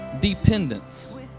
dependence